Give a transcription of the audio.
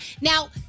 Now